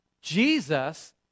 Jesus